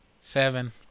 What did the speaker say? Seven